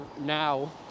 now